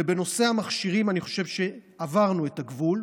ובנושא המכשירים אני חושב שעברנו את הגבול.